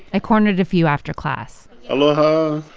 i cornered a few after class aloha.